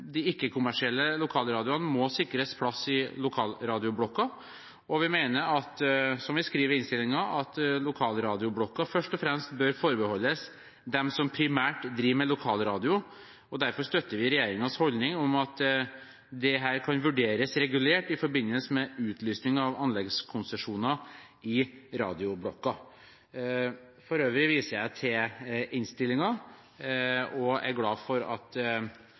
de ikke-kommersielle lokalradioene må sikres plass i Lokalradioblokka, og vi mener – som vi skriver i innstillingen – at Lokalradioblokka først og fremst bør forbeholdes dem som primært driver med lokalradio. Derfor støtter vi regjeringens holdning om at dette kan vurderes regulert i forbindelse med utlysning av anleggskonsesjoner i Lokalradioblokka. For øvrig viser jeg til innstillingen. Jeg er glad for at